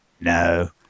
No